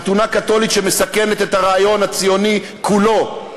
חתונה קתולית שמסכנת את הרעיון הציוני כולו,